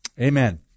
Amen